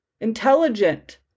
intelligent